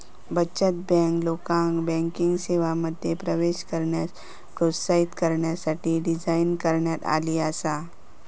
बचत बँक, लोकांका बँकिंग सेवांमध्ये प्रवेश करण्यास प्रोत्साहित करण्यासाठी डिझाइन करण्यात आली आसा